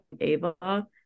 Ava